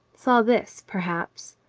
saw this, perhaps.